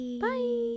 bye